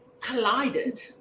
collided